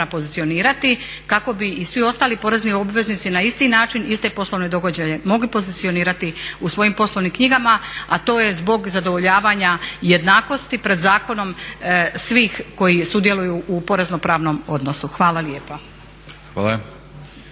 pozicionirati kako bi i svi ostali porezni obveznici na isti način iste poslovne događaje mogli pozicionirati u svojim poslovnim knjigama, a to je zbog zadovoljavanja jednakosti pred zakonom svih koji sudjeluju u porezno pravnom odnosu. Hvala lijepa.